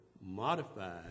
modified